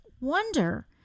wonder